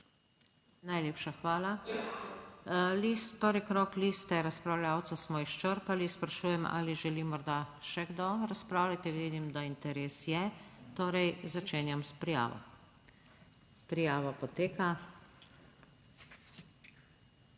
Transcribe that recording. Najlepša hvala. Prvi krog liste razpravljavcev smo izčrpali. Sprašujem, ali želi morda še kdo razpravljati? Vidim, da interes je. Torej začenjam s prijavo. Prijava poteka.